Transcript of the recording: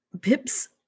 Pips